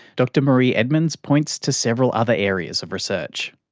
dr marie edmonds points to several other areas of research.